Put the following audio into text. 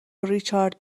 ریچارد